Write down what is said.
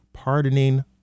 pardoning